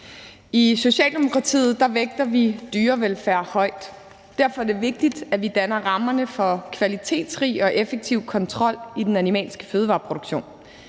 I Socialdemokratiet vægter vi dyrevelfærd højt. Derfor er det vigtigt, at vi danner rammerne for kvalitetsrig og effektiv kontrol i den animalske fødevareproduktion.